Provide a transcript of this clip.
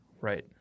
right